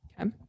Okay